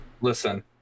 listen